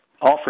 Offer